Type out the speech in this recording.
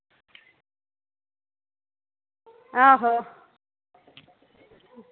आहो